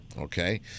Okay